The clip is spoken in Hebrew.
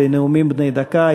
בנאומים בני דקה,